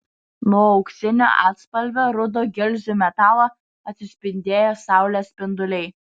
nuo auksinio atspalvio rudo gilzių metalo atsispindėjo saulės spinduliai